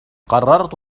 قررت